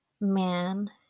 man